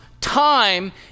time